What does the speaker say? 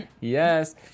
Yes